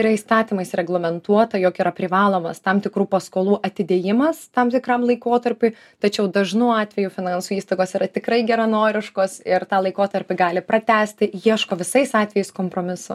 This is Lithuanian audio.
yra įstatymais reglamentuota jog yra privalomas tam tikrų paskolų atidėjimas tam tikram laikotarpiui tačiau dažnu atveju finansų įstaigos yra tikrai geranoriškos ir tą laikotarpį gali pratęsti ieško visais atvejais kompromisų